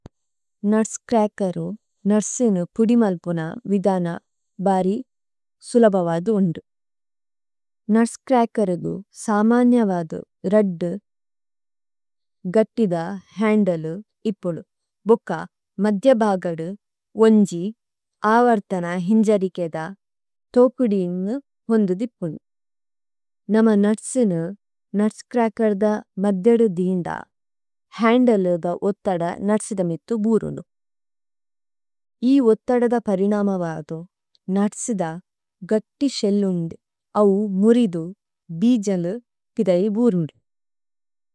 നോത്ത്സ് cracker nuts നു കുദിമല്പുന വിദന ബര്ര്യ് സുലഭവദു ഉന്ദുഏ। നോത്ത്സ് ക്രേകേര് ഗു സമനയവദു രുദ്ദ് ഗത്തിദ ഹന്ദ്ലേ ഇപ്പുലു। ബുക്ക മദ്യബഗദു ഓന്ജി അവര്തന ഹിന്ജരികേദ് ഥോകുദിന്ഗു ഓന്ദു ദിപ്പുലു। നമ നുത്സ് നു നുത്സ് ക്രേകേര് ഗു മത്യദു ദിന്ദ ഹന്ദ്ലേ ഉത്തദ നുത്സ് ദമിഥു ബുരുന്നു। ഇധു ഉത്തദദ പരിനമവദു നുത്സ് ദ ഗജി ശേല്ലുന്നു അവു മുരിദു ബിജലു ഫിദൈ ഉരുന്നു।